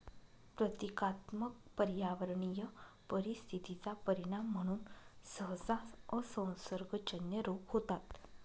प्रतीकात्मक पर्यावरणीय परिस्थिती चा परिणाम म्हणून सहसा असंसर्गजन्य रोग होतात